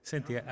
Senti